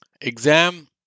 exam